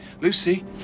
Lucy